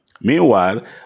Meanwhile